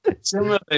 Similarly